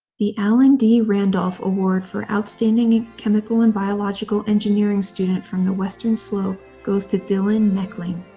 the alan d. randolph award for outstanding ah chemical and biological engineering student from the western slope goes to dylan mechling.